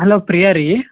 hello Priya ರೀ